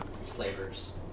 Slavers